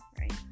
right